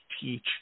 teach